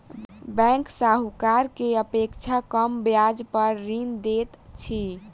bank साहूकार के अपेक्षा कम ब्याज पर ऋण दैत अछि